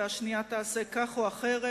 והשנייה תעשה כך או אחרת.